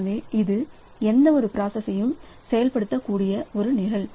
எனவே இது எந்தவொரு பிராசஸர்யும் செயல்படுத்தக்கூடிய ஒரு நிரல்